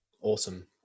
Awesome